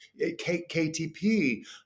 KTP